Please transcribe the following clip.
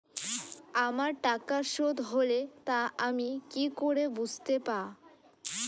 আমার টাকা শোধ হলে তা আমি কি করে বুঝতে পা?